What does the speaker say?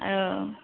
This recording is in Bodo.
औ